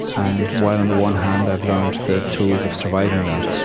and while, on the one hand, i've learned the tools of surviving that,